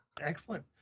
Excellent